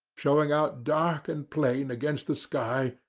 showing out dark and plain against the sky,